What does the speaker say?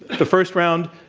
the first round,